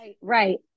right